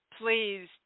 Please